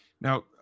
Now